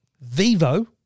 Vivo